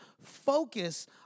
Focus